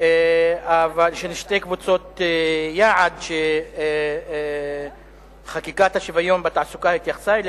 שתי קבוצות יעד שחקיקת השוויון בתעסוקה התייחסה אליהן,